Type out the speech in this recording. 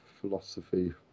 philosophy